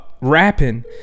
rapping